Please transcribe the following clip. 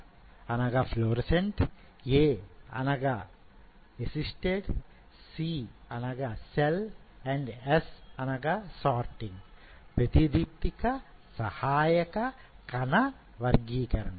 F అనగా ప్రతిదీప్తిక A అనగా సహాయక C అనగా కణ S అనగా వర్గీకరణ